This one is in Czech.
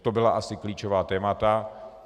To byla asi klíčová témata.